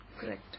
Correct